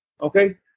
okay